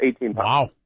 Wow